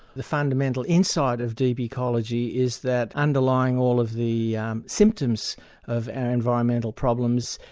the fundamental insight of deep ecology is that underlying all of the um symptoms of and environmental problems,